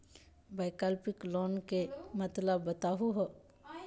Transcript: वैकल्पिक लोन के मतलब बताहु हो?